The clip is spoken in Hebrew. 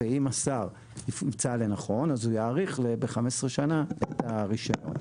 ואם השר ימצא לנכון אז הוא יאריך ב-15 שנים את הרישיון.